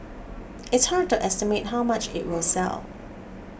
it's hard to estimate how much it will sell